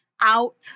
out